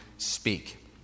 speak